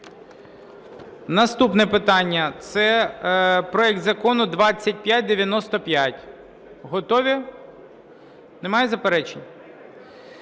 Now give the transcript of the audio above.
Наступне питання, це проект Закону 2595. Готові? Немає заперечень?